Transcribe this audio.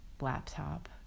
laptop